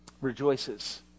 rejoices